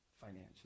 financially